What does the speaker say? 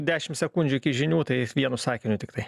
dešimt sekundžių iki žinių tai vienu sakiniutiktai